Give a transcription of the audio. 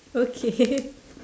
okay